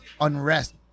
unrest